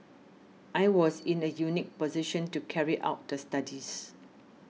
I was in a unique position to carry out the studies